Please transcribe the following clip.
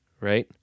right